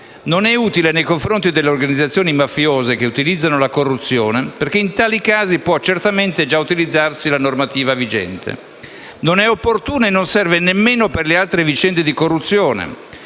Non è utile nei confronti delle organizzazioni mafiose che utilizzano la corruzione, perché in tali casi può certamente già utilizzarsi la normativa vigente; non è opportuna e non serve nemmeno per le altre vicende di corruzione,